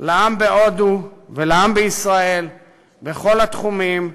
לעם בהודו ולעם ישראל בכל התחומים,